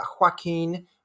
Joaquin